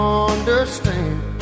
understand